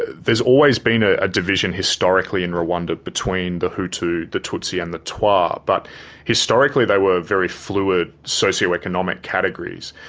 there's always been ah a division historically in rwanda between the hutu, the tutsi and the twa. but historically they were very fluid socioeconomic categories.